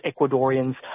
Ecuadorians